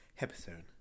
episode